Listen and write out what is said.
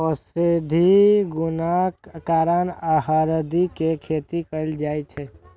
औषधीय गुणक कारण हरदि के खेती कैल जाइ छै